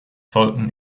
folgten